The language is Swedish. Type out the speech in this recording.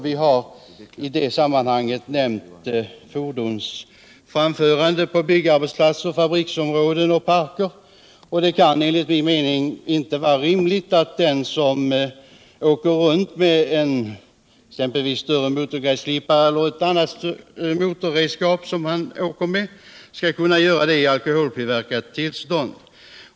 Vi har i det sammanhanget nämnt fordons framförande på byggarbetsplatser, fabriksområden och i parker. Det kan enligt vår mening inte vara rimligt att den som åker omkring med exempelvis en större motorgräsklippare eller något annat motorredskap skall få göra det i alkoholpåverkat tillstånd.